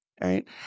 right